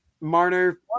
Marner